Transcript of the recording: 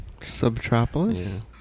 Subtropolis